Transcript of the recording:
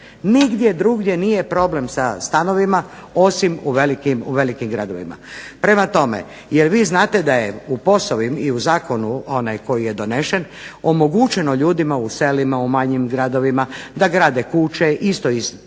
Nigdje drugdje nije problem sa stanovima osim u velikim gradovima. Prema tome, jel' vi znate da je u POS-ovim i u zakonu onaj koji je donešen omogućeno ljudima u selima, u manjim gradovima da grade kuće isto iz potpuno